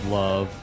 love